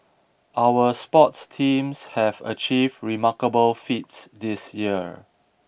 our sports teams have achieved remarkable feats this year